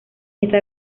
esta